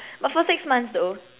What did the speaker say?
but for six months though